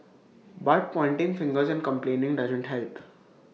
but pointing fingers and complaining doesn't help